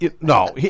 no